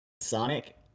Sonic